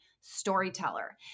storyteller